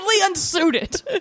unsuited